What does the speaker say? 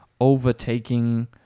overtaking